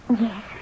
Yes